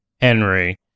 Henry